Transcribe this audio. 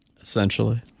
Essentially